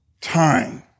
time